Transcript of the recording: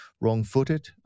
wrong-footed